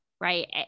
right